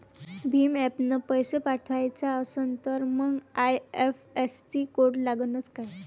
भीम ॲपनं पैसे पाठवायचा असन तर मंग आय.एफ.एस.सी कोड लागनच काय?